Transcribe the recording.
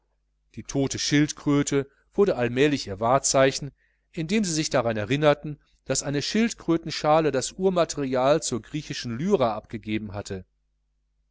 die tote schildkröte wurde allmählich ihr wahrzeichen indem sie sich daran erinnerten daß eine schildkrötenschale das urmaterial zur griechischen lyra abgegeben hatte